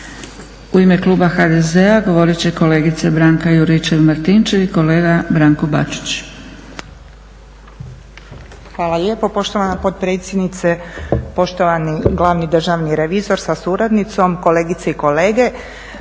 U ime kluba HDZ-a govorit će kolegica Branka Juričev-Martinčev i kolega Branko Bačić. **Juričev-Martinčev, Branka (HDZ)** Hvala lijepo poštovana potpredsjednice, poštovani glavni državni revizor sa suradnicom, kolegice i kolege